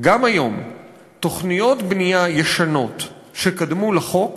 גם היום תוכניות בנייה ישנות שקדמו לחוק